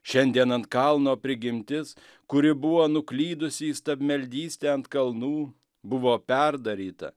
šiandien ant kalno prigimtis kuri buvo nuklydusi į stabmeldystę ant kalnų buvo perdaryta